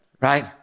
right